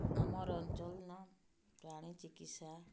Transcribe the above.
ଆମର୍ ଅଞ୍ଚଲ୍ନ ପ୍ରାଣୀ ଚିକିତ୍ସା